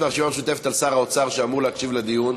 מהרשימה המשותפת ושל שר האוצר שאמור להקשיב לדיון.